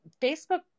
Facebook